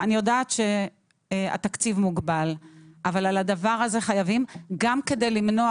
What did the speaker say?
אני יודעת שהתקציב מוגבל אבל את הדבר הזה חייבים גם כדי למנוע,